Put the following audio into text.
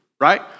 right